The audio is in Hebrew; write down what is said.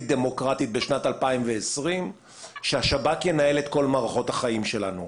דמוקרטית בשנת 2020 כשהשב"כ ינהל את כל מערכות החיים שלנו.